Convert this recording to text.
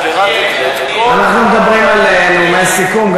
אנחנו מדברים על נאומי סיכום.